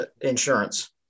insurance